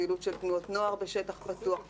פעילות של תנועות נוער בשטח פתוח וכו',